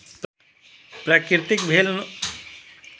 प्रकृतिक भेल नोकसानक भरपाइ आ संतुलित जीवन चक्र लेल पुनर्वनरोपण जरूरी छै